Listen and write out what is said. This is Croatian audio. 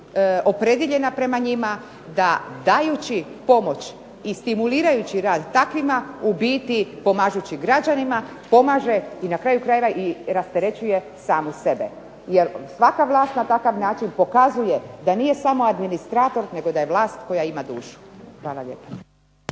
opredijeljena prema njima da dajući pomoć i stimulirajući rad takvima, u biti pomažući građanima pomaže i na kraju krajeva rasterećuje samu sebe. Jel svaka vlast na takav način pokazuje da nije samo administrator nego ja vlast koja ima dušu. Hvala lijepo.